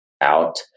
Out